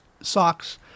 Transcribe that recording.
socks